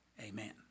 amen